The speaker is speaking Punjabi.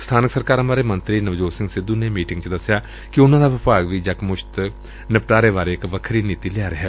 ਸਥਾਨਕ ਸਰਕਾਰਾਂ ਬਾਰੇ ਮੰਤਰੀ ਨਵਜੋਤ ਸਿੰਘ ਸਿੱਧੂ ਨੇ ਮੀਟਿੰਗ ਵਿਚ ਦਸਿਆ ਕਿ ਉਨੂਾਂ ਦਾ ਵਿਭਾਗ ਵੀ ਯਕਮੁਸਤ ਬਾਰੇ ਇਕ ਵੱਖਰੀ ਨੀਤੀ ਲਿਆ ਰਿਹਾ